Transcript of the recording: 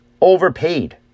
overpaid